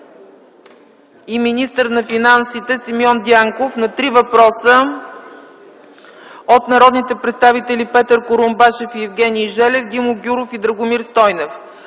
и министър на финансите Симеон Дянков на три въпроса от народните представители Петър Курумбашев и Евгений Желев, Димо Гяуров и Драгомир Стойнев;